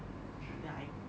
ya then I